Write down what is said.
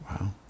Wow